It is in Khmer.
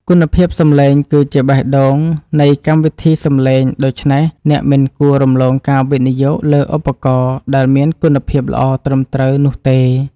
គុណភាពសំឡេងគឺជាបេះដូងនៃកម្មវិធីសំឡេងដូច្នេះអ្នកមិនគួររំលងការវិនិយោគលើឧបករណ៍ដែលមានគុណភាពល្អត្រឹមត្រូវនោះទេ។